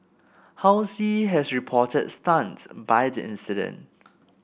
Halsey has reportedly stunned by the incident